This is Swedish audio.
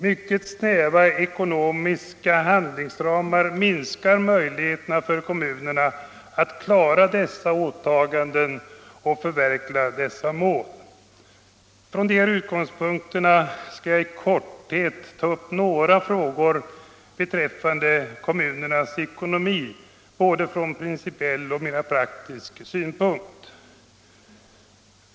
Mycket snäva ekonomiska handlingsramar minskar möjligheterna för kommunerna att klara dessa åtaganden och förverkliga dessa mål. Från de utgångspunkterna skall jag i korthet ta upp några frågor rörande kommunernas ekonomi från både principiell och mera praktisk synpunkt.